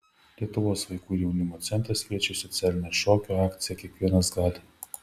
lietuvos vaikų ir jaunimo centras kviečia į socialinę šokio akciją kiekvienas gali